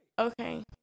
Okay